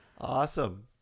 Awesome